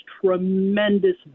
tremendous